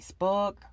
Facebook